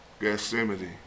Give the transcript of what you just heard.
Gethsemane